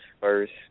first